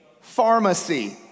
Pharmacy